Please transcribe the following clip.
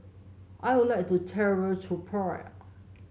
I would like to travel to Praia